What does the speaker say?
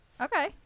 Okay